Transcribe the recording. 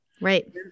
Right